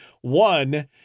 One